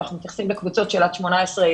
אנחנו מתייחסים לקבוצות של עד 18 ילדים,